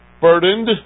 burdened